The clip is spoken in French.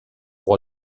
roi